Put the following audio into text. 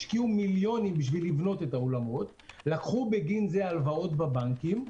השקיעו מיליונים כדי לבנות את האולמות ולקחו בגין זה הלוואות בבנקים.